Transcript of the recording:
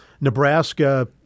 Nebraska